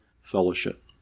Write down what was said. fellowship